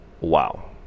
Wow